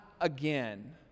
again